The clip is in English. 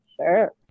Sure